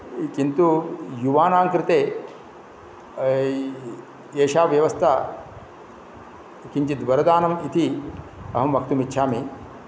किन्तु युवानां कृते एषा व्यवस्था किञ्चिद्वरदानम् इति अहं वक्तुम् इच्छामि